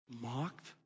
mocked